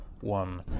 one